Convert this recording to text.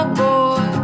boy